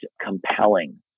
compelling